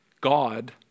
God